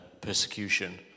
persecution